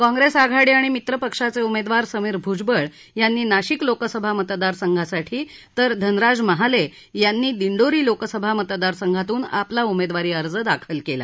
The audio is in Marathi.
काँग्रेस आघाडी आणि मित्र पक्षाचे उमेदवार समीर भ्जबळ यांनी नाशिक लोकसभा मतदार संघासाठी तर धनराज महाले यांनी दिंडोरी लोकसभा मतदारसंघातून आपला उमेदवारी अर्ज दाखल केला